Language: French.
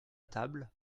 table